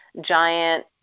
giant